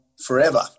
forever